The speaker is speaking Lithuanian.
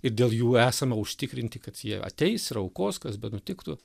ir dėl jų esame užtikrinti kad jie ateis ir aukos kas benutiktų